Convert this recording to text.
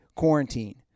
quarantine